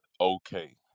okay